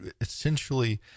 essentially